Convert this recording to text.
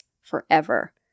forever